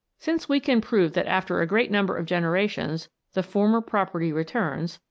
since we can prove that after a great number of generations the former property returns,